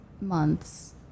months